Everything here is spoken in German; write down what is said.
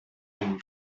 ein